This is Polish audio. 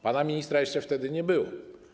Pana ministra jeszcze wtedy nie było.